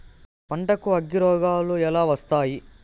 పంటకు అగ్గిరోగాలు ఎలా వస్తాయి?